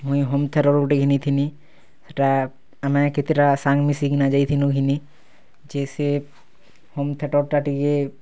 ମୁଇଁ home theatre ଗୁଟେ ଘିନିଥିନି ସେଟା ଆମେ କେତେଟା ସାଙ୍ଗ୍ ମିଶିକିନା ଯାଇଥିଲୁଁ ଘିନି ଯେ ସିଏ ହୋମ୍ ଥିଏଟର୍ ଟା ଟିକେ